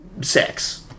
sex